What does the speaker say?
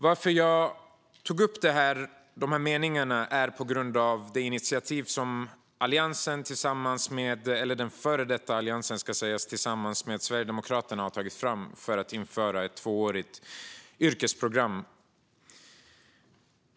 Skälet till att jag inledde med dessa meningar är det initiativ som den före detta Alliansen tillsammans med Sverigedemokraterna har tagit fram för att införa ett tvåårigt yrkesprogram.